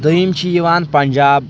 دوٚیِم چھِ یِوان پنٛجاب